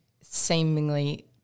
seemingly